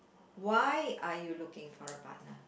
why are you looking for a partner